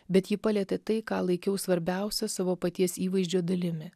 bet ji palietė tai ką laikiau svarbiausia savo paties įvaizdžio dalimi